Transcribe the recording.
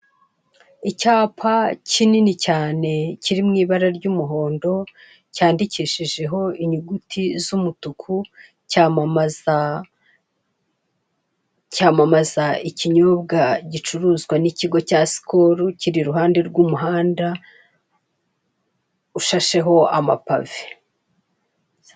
Icyapa kinini cyane kiri mu ibara ry'umuhondo cyandikishijeho inyuguti z' umutuku cyamamaza cyamamaza ikinyobwa gicuruzwa n'ikigo cya skol kiri iruhande rw'umuhanda ushasheho amapave